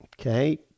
Okay